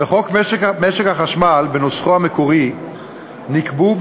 בחוק משק החשמל בנוסחו המקורי נקבעו,